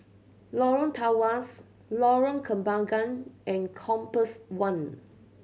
Lorong Tawas Lorong Kembangan and Compass One